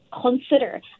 consider